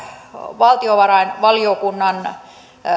valtiovarainvaliokunnan